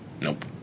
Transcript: Nope